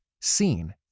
seen